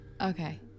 Okay